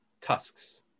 tusks